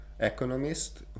economist